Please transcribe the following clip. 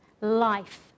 life